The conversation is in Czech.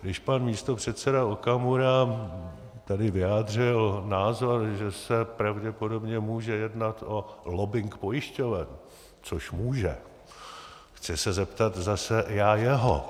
Když pan místopředseda Okamura vyjádřil názor, že se pravděpodobně může jednat o lobbing pojišťoven, což může, chci se zeptat zase já jeho.